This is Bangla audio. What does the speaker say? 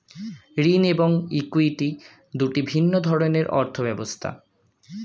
ঋণ এবং ইক্যুইটি দুটি ভিন্ন ধরনের অর্থ ব্যবস্থা